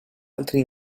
altri